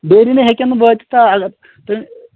daily نے ہیٚکن نہٕ وٲتِتھ تہٕ